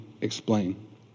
explain